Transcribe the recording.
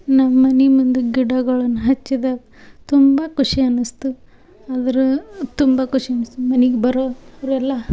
ನಮ್ಮನೆ ಮುಂದೆ ಗಿಡಗಳನ್ನ ಹಚ್ಚಿದಾಗ ತುಂಬ ಖುಷಿ ಅನುಸ್ತು ಆದ್ರೆ ತುಂಬ ಖುಷಿ ಅನುಸ್ತು ಮನಿಗೆ ಬರೋವ್ರೆಲ್ಲ